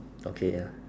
okay ah